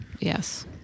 Yes